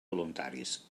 voluntaris